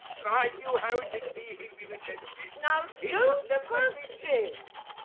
i knew how it'd be! he'll be the death of me. you know yeah don't fuss james.